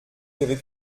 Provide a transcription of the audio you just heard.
j’avais